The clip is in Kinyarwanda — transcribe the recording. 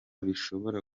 bishobora